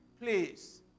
Please